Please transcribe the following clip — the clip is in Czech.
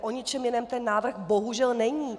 O ničem jiném ten návrh bohužel není.